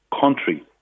country